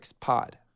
pod